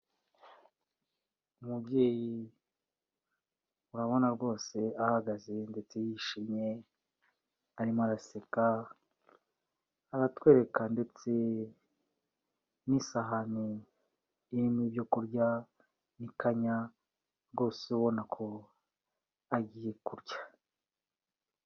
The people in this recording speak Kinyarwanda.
Umubyeyi urabona rwose ahagaze ndetse yishimye, arimo araseka, aratwereka ndetse n'isahane irimo ibyo kurya, ikanya, rwose ubona ko agiye kurya.